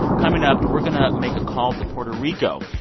coming up, we're going to make a call to puerto rico,